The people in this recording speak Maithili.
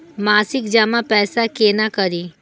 मासिक जमा पैसा केना करी?